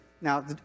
Now